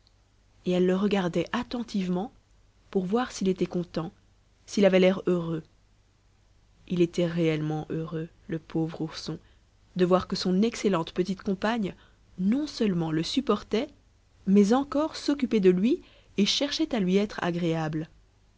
et elle le regardait attentivement pour voir s'il était content s'il avait l'air heureux il était réellement heureux le pauvre ourson de voir que son excellente petite compagne non seulement le supportait mais encore s'occupait de lui et cherchait à lui être agréable